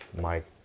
Mike